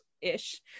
Ish